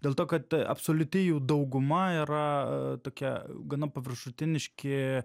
dėl to kad absoliuti jų dauguma yra tokie gana paviršutiniški